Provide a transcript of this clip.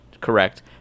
Correct